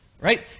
right